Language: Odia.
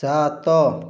ସାତ